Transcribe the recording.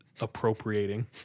appropriating